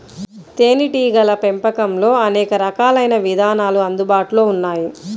తేనీటీగల పెంపకంలో అనేక రకాలైన విధానాలు అందుబాటులో ఉన్నాయి